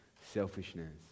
Selfishness